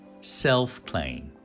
self-claim